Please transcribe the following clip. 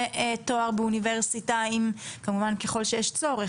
תואר באוניברסיטה כמובן אם יש צורך,